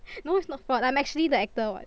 no it's not fraud I'm actually the actor [what]